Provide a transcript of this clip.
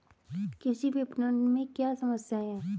कृषि विपणन में क्या समस्याएँ हैं?